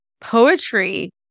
poetry